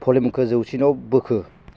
भलिउमखौ जौसिनाव बोखो